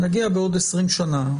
נגיע בעוד 20 שנה,